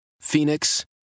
Phoenix